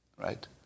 right